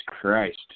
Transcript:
Christ